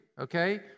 okay